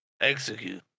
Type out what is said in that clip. execute